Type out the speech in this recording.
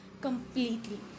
completely